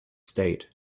state